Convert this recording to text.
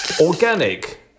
Organic